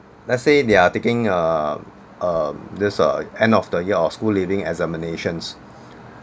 let's say they are taking uh err this uh end of the year or school leaving examinations